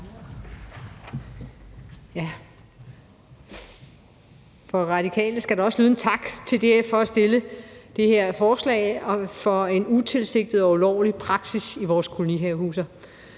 Fra Radikale skal der også lyde en tak til DF for at fremsætte det her forslag vedrørende en utilsigtet og ulovlig praksis i vores kolonihavehuse.